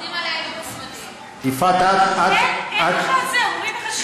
אומרים לך את זה.